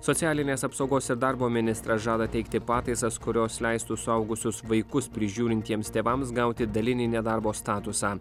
socialinės apsaugos ir darbo ministras žada teikti pataisas kurios leistų suaugusius vaikus prižiūrintiems tėvams gauti dalinį nedarbo statusą